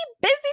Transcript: busy